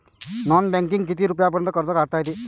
Non बँकिंगनं किती रुपयापर्यंत कर्ज काढता येते?